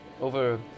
Over